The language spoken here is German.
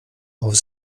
auf